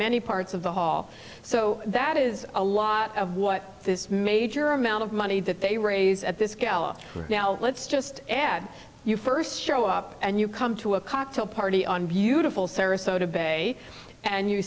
many parts of the hall so that is a lot of what this major amount of money that they raise at this gala right now let's just add you first show up and you come to a cocktail party on beautiful sarasota bay and you